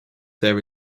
there